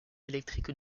électrique